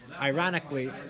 Ironically